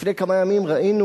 לפני כמה ימים ראינו,